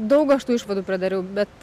daug aš tų išvadų pridariau bet